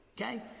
okay